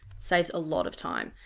saves a lot of time.